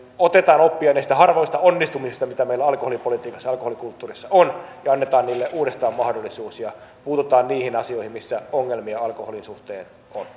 otetaan oppia näistä harvoista onnistumisista mitä meillä alkoholipolitiikassa alkoholikulttuurissa on ja annetaan niille uudestaan mahdollisuus ja puututaan niihin asioihin missä ongelmia alkoholin suhteen